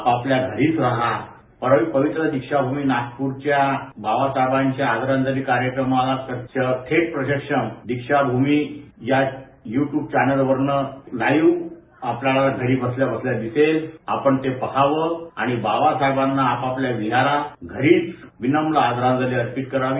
आपापल्या घरीच राहा पवित्र दीक्षाभूमी येथे बाबासाहेबांचे आदरांजली कार्यक्रमाच थेट प्रक्षेपण दीक्षाभूमी शा भूमी या यूट्यूब चैनल वर लाईव्ह आपल्याला घरी बसल्या बसल्या दिसेल आपण ते पहावं आणि बाबासाहेबांना आपापल्या विहारात आपल्या घरी विनम विनम आदरांजली अर्पण करावी